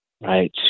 right